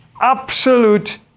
Absolute